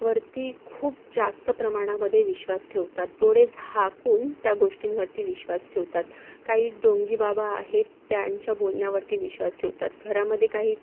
वरती खूप जास्त प्रमाणामध्ये विश्वास ठेवतात डोळे झाकून त्या गोष्टींवरती विश्वास ठेवतात काही ढोंगी बाबा आहेत त्यांच्या बोलण्यावरती विश्वास ठेवतात घरामध्ये काही